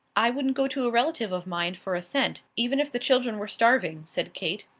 i wouldn't go to a relative of mine for a cent, even if the children were starving, said kate.